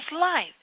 life